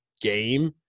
game